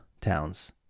towns